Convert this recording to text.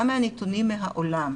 גם מהנתונים מהעולם,